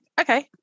okay